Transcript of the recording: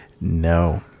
No